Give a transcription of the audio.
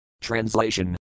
Translation